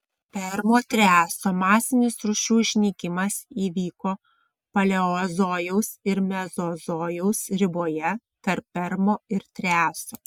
permo triaso masinis rūšių išnykimas įvyko paleozojaus ir mezozojaus riboje tarp permo ir triaso